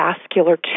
vascular